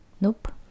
Nope